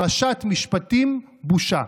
"פרשת משפטים, בושה".